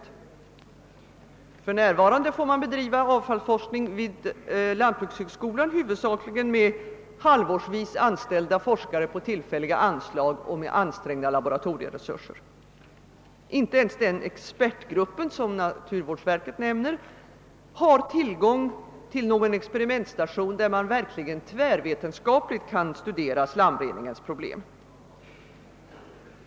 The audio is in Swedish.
För närvarande får man bedriva avfallsforskning vid lantbrukshögskolan huvudsakligen med halvårsvis anställda forskare på tillfälliga anslag och med ansträngda laboratorieresurser. Inte ens den expertgrupp som naturvårdsverket nämner har tillgång till någon experimentstation, där man verkligen tvärvetenskapligt kan studera slamreningens problem.